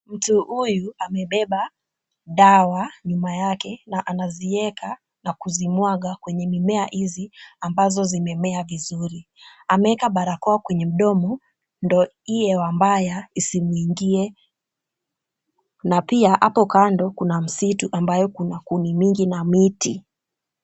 Mtu huyu amebeba dawa nyuma yake na anazieka na kuzimwaga kwenye mimea hizi ambazo zimemea vizuri. Ameeka barakoa kwenye mdomo ndio hii hewa mbaya isimwingie na pia hapo kando kuna msitu ambayo kuna kuni mingi na miti.